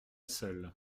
seul